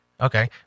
Okay